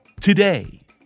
today